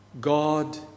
God